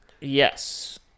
Yes